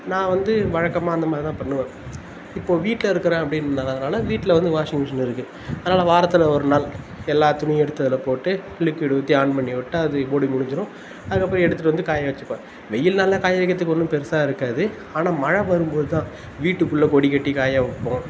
நான் வந்து வழக்கமாக அந்தமாதிரி தான் பண்ணுவேன் இப்போது வீட்டில் இருக்கிறேன் அப்படின்றதுனால வீட்டில் வந்து வாஷிங் மெஷின் இருக்குது அதனால் நான் வாரத்தில் ஒருநாள் எல்லாம் துணியும் எடுத்து அதில் போட்டு லிக்விட் ஊற்றி ஆன் பண்ணிவிட்டால் அது ஓடி முடிஞ்சுரும் அதுக்கப்புறம் எடுத்துவிட்டு வந்து காய வெச்சுப்பேன் வெயில் நாளில் காய வைக்கிறதுக்கு ஒன்றும் பெருசாக இருக்காது ஆனால் மழை வரும் போது தான் வீட்டுக்குள்ளே கொடி கட்டி காய வைப்போம்